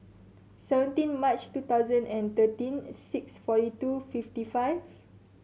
seventeen March two thousand and thirteen six forty two fifty five